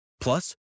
Plus